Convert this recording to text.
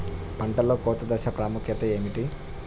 పంటలో కోత దశ ప్రాముఖ్యత ఏమిటి?